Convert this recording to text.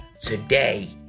today